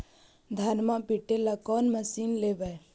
धनमा पिटेला कौन मशीन लैबै?